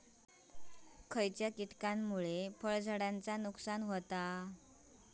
खयच्या किटकांमुळे फळझाडांचा नुकसान होता?